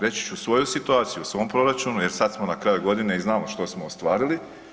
Reći ću svoju situaciju, u svom proračunu jer sad smo na kraju godine i znamo što smo ostvarili.